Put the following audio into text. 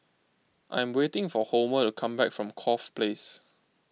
I'm waiting for Homer to come back from Corfe Place